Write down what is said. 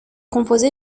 composé